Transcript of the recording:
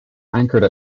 anchored